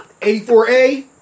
84A